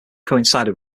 coincided